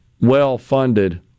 well-funded